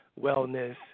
wellness